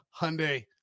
Hyundai